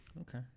Okay